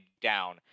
down